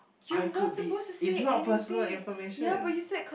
I could be it's not personal information